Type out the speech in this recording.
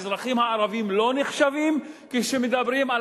האזרחים הערבים לא נחשבים כשמדברים על